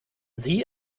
sie